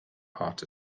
heart